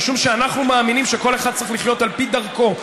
משום שאנחנו מאמינים שכל אחד צריך לחיות על פי דרכו,